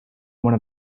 one